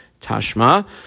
Tashma